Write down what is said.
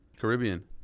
caribbean